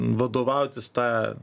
vadovautis ta